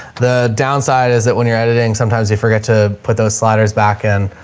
the downside is that when you're editing, sometimes you forget to put those sliders back in.